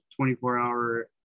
24-hour